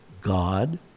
God